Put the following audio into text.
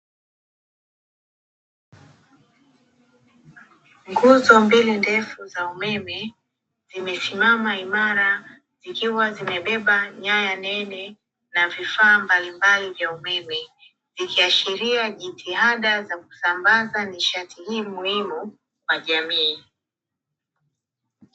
Nguzo mbili ndefu za umeme zimesimama imara zikiwa zimebeba nyaya nene na vifaa mbalimbali vya umeme ,ikiashiria jitihada za kusambaza nishati hii muhimu kwa jamii .